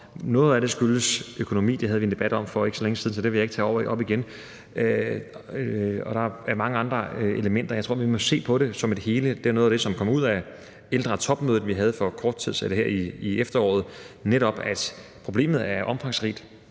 noget af det skyldes økonomi – det havde vi en debat om for ikke så længe siden, så det vil jeg ikke tage op igen – men der er også mange andre elementer. Jeg tror, at vi må se på det som et hele. Noget af det, der kom ud af det ældretopmøde, vi havde her i efteråret, viste, at problemet er omfangsrigt,